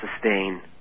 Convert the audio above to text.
sustain